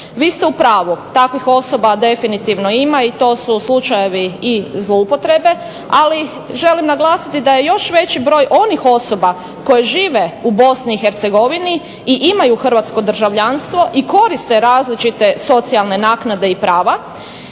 Vi ste u pravu. Takvih osoba definitivno ima i to su slučajevi i zloupotrebe. Ali želim naglasiti da je još veći broj onih osoba koje žive u Bosni i Hercegovini i imaju hrvatsko državljanstvo i koriste različite socijalne naknade i prava.